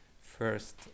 first